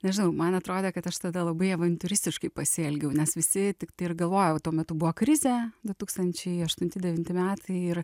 nežinau man atrodė kad aš tada labai avantiūristiškai pasielgiau nes visi tiktai ir galvojo o tuo metu buvo krizė du tūkstančiai aštunti devinti metai ir